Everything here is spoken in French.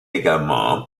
également